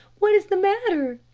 what is the matter?